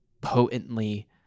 potently